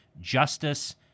justice